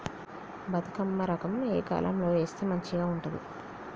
బతుకమ్మ రకం ఏ కాలం లో వేస్తే మంచిగా ఉంటది?